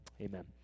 amen